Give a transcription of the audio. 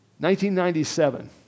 1997